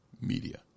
Media